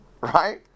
right